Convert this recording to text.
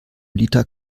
liter